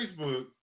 Facebook